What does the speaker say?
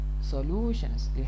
solutions